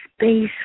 space